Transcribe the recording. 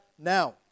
Now